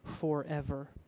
forever